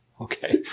Okay